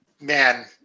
Man